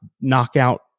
knockout